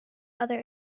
other